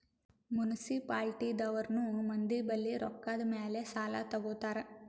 municipality ದವ್ರನು ಮಂದಿ ಬಲ್ಲಿ ರೊಕ್ಕಾದ್ ಮ್ಯಾಲ್ ಸಾಲಾ ತಗೋತಾರ್